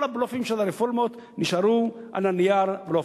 כל הבלופים של הרפורמות נשארו על הנייר בלופים.